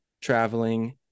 traveling